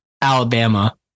Alabama